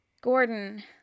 Gordon